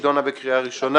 נידונה בקריאה ראשונה.